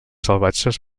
salvatges